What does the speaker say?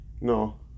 No